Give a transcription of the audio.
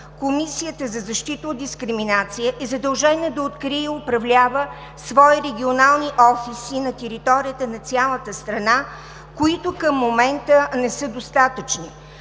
Комисията за защита от дискриминация е задължена да открие и управлява свои регионални офиси на територията на цялата страна, които към момента не са достатъчни.